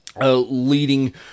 leading